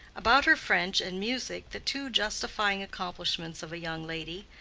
about her french and music, the two justifying accomplishments of a young lady,